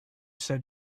said